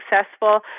successful